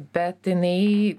bet jinai